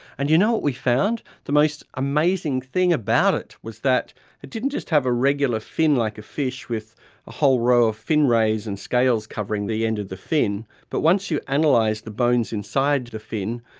and you know what we found? the most amazing thing about it was that it didn't just have a regular fin like a fish with a whole row of fin rays and scales covering the end of the fin. but once you analysed and like the bones inside the fin,